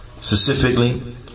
specifically